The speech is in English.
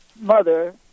mother